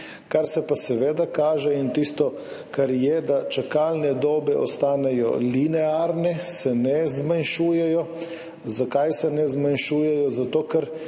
kar se pa seveda kaže in tisto, kar je, da čakalne dobe ostanejo linearne, se ne zmanjšujejo. Zakaj se ne zmanjšujejo? Zato, ker